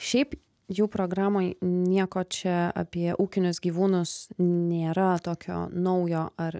šiaip jų programoj nieko čia apie ūkinius gyvūnus nėra tokio naujo ar